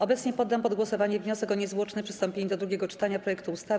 Obecnie poddam pod głosowanie wniosek o niezwłoczne przystąpienie do drugiego czytania projektu ustawy.